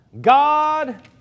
God